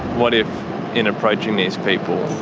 what if in approaching these people